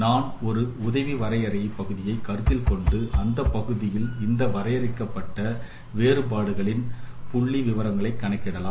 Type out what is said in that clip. நான் ஒரு உதவி வரையறை பகுதியை கருத்தில்கொண்டு அந்த பகுதியில் இந்த வரையறுக்கப்பட்ட வேறுபாடுகளின் புள்ளிவிவரங்களை கண்டறியலாம்